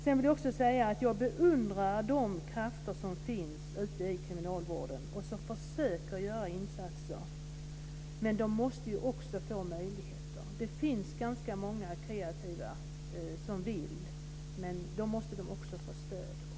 Jag vill också säga att jag beundrar de krafter som finns ute i kriminalvården och som försöker göra insatser, men de måste också få möjligheter. Det finns ganska många kreativa personer som är villiga att satsa på detta, men de måste få ett stöd.